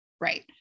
right